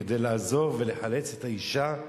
כדי לעזור ולחלץ את האשה,